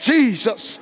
Jesus